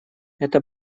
это